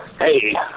Hey